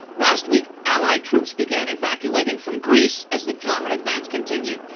last week, allied troops began evacuating from greece as the german advance continued.